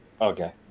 Okay